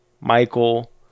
Michael